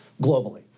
globally